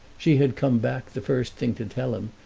she had come back, the first thing, to tell him,